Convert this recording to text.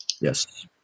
Yes